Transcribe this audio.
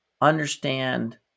understand